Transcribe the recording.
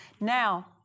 Now